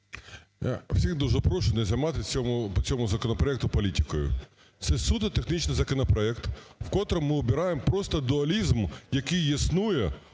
Всіх дуже прошу не займатись по цьому законопроекту політикою. Це суто технічний законопроект. Вкотре ми прибираємо просто дуалізм, який існує